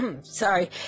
Sorry